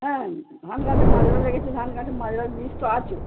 হ্যাঁ ধান গাছে মাজরা লেগেছে ধান গাছের মাজরার বিষ তো আছে